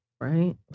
right